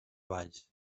valls